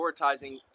prioritizing